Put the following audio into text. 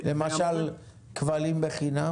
למשל, כבלים בחינם?